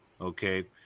okay